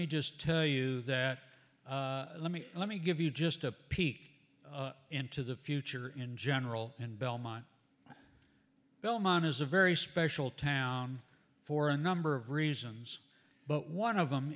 me just tell you that let me let me give you just a peek into the future in general and belmont belmont is a very special town for a number of reasons but one of them